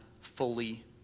fully